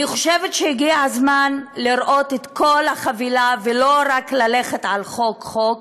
אני חושבת שהגיע הזמן לראות את כל החבילה ולא ללכת רק על חוק-חוק.